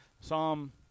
Psalm